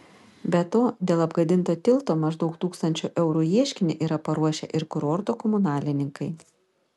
be to dėl apgadinto tilto maždaug tūkstančio eurų ieškinį yra paruošę ir kurorto komunalininkai